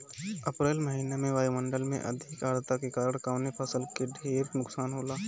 अप्रैल महिना में वायु मंडल में अधिक आद्रता के कारण कवने फसल क ढेर नुकसान होला?